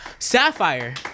sapphire